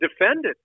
defended